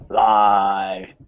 live